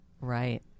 right